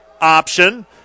Option